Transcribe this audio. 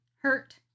hurt